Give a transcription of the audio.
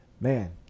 man